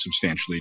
substantially